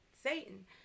Satan